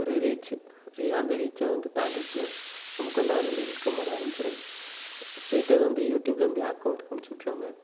ஒரு ரீச் அந்த ரீச்சை வந்து தாண்டிச்சின்னால் நமக்கு வந்து அதுலேருந்து இன்கம் வர ஆரமிச்சிடும் ஸ்டைட்டாக இது வந்து யூடியூப்லேருந்து அக்கவுண்டுக்கு அனுப்பிச்சு விட்ருவாங்க